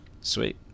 Sweet